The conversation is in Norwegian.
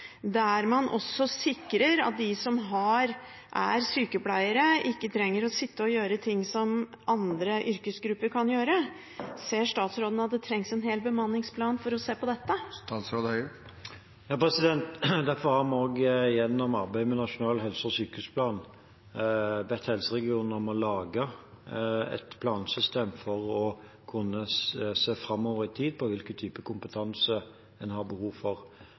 der man også sikrer at de som er sykepleiere, ikke trenger å gjøre ting som andre yrkesgrupper kan gjøre. Ser statsråden at det trengs en hel bemanningsplan for å se på dette? Derfor har vi også gjennom arbeidet med Nasjonal helse- og sykehusplan bedt helseregionene om å lage et plansystem for å kunne se framover i tid på hvilken type kompetanse en har behov for.